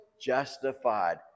justified